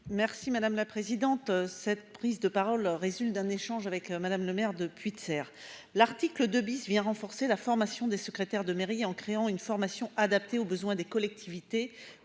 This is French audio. Merci madame la présidente. Cette prise de parole résulte d'un échange avec madame Lemaire depuis tu sers l'article 2 bis vient renforcer la formation des secrétaires de mairie en créant une formation adaptée aux besoins des collectivités